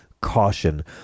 caution